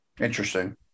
Interesting